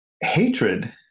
hatred